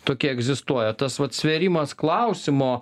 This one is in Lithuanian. tokia egzistuoja tas vat svėrimas klausimo